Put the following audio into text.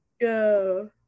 go